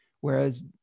whereas